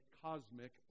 cosmic